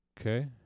Okay